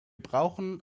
brauchen